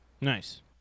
Nice